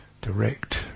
direct